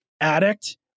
addict